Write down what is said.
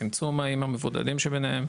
צמצום האיים המבודדים שבניהם,